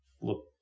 look